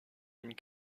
une